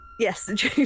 Yes